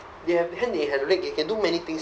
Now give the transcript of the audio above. they have hand they have leg they can do many things